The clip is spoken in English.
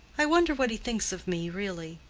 i wonder what he thinks of me, really?